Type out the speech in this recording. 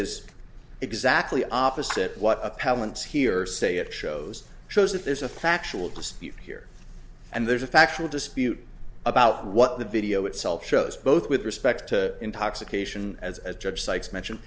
is exactly opposite what appellants here say it shows shows that there's a factual dispute here and there's a factual dispute about what the video itself shows both with respect to intoxication as a judge cites mention